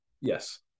Yes